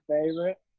favorite